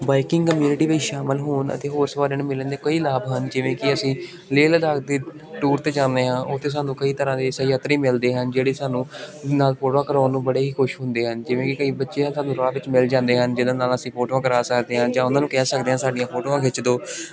biking community ਵਿੱਚ ਸ਼ਾਮਿਲ ਹੋਣ ਅਤੇ ਹੋਰ ਸਾਰਿਆਂ ਨੂੰ ਮਿਲਣ ਦੇ ਕਈ ਲਾਭ ਹਨ ਜਿਵੇਂ ਕਿ ਅਸੀਂ ਲੇਹ ਲਦਾਖ ਦੇ ਟੂਰ 'ਤੇ ਜਾਂਦੇ ਹਾਂ ਉੱਥੇ ਸਾਨੂੰ ਕਈ ਤਰ੍ਹਾਂ ਦੇ ਯਾਤਰੀ ਮਿਲਦੇ ਜਿਹੜੇ ਸਾਨੂੰ ਨਾਲ ਫੋਟੋਆਂ ਕਰਾਉਣ ਨੂੰ ਬੜੇ ਹੀ ਖੁਸ਼ ਹੁੰਦੇ ਹਨ ਜਿਵੇਂ ਕਿ ਕਈ ਬੱਚੇ ਆ ਸਾਨੂੰ ਰਾਹ ਵਿੱਚ ਮਿਲ ਜਾਂਦੇ ਹਨ ਜਿਹਨਾਂ ਨਾਲ ਅਸੀਂ ਫੋਟੋਆਂ ਕਰਾ ਸਕਦੇ ਹਾਂ ਜਾਂ ਉਹਨਾਂ ਨੂੰ ਕਹਿ ਸਕਦੇ ਹਾਂ ਸਾਡੀਆਂ ਫੋਟੋਆਂ ਖਿੱਚ ਦਿਓ